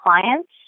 clients